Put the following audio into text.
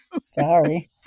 Sorry